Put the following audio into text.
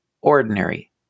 ordinary